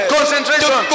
Concentration